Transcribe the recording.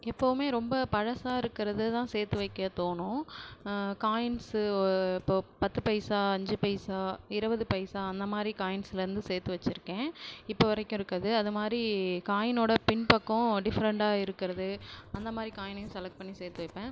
எப்பவுமே ரொம்ப பழசாக இருக்கிறது தான் சேர்த்து வைக்கத் தோணும் காயின்ஸ் இப்போது பத்து பைசா அஞ்சு பைசா இருபது பைசா அந்த மாதிரி காயின்ஸ்லேருந்து சேர்த்து வச்சுருக்கேன் இப்போது வரைக்கும் இருக்குது அது அது மாதிரி காயினோட பின் பக்கம் டிஃப்ரெண்ட்டாக இருக்கிறது அந்த மாதிரி காயினையும் செலக்ட் பண்ணி சேர்த்து வைப்பேன்